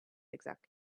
exact